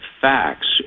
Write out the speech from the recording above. facts